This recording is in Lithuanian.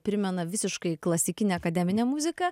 primena visiškai klasikinę akademinę muziką